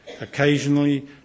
Occasionally